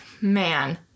man